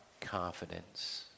confidence